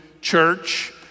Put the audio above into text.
church